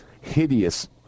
hideous